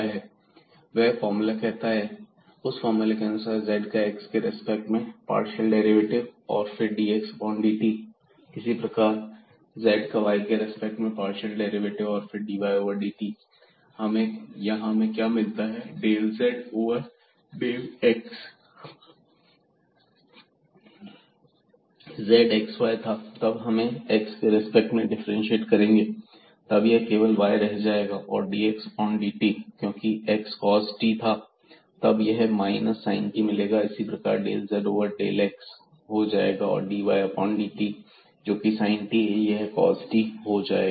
zxy xcos t ysin t वह formula कहता है उस फार्मूले के अनुसार z का x के रेस्पेक्ट में पार्शियल डेरिवेटिव और फिर dxdt इसी प्रकार z का y के रिस्पेक्ट में पार्शियल डेरिवेटिव और फिर dydt हमें यहां क्या मिलता है del z over dx z xy था और जब हम इसे x के रिस्पेक्ट में डिफ्रेंशिएट करेंगे तब यह केवल y रह जाएगा और dxdt क्यों की x cos t था तो हमें यहां पर माइनस sin t मिलेगा इसी प्रकार del z over del x हो जाएगा और dydt जोकि sin t है यह cos t हो जाएगा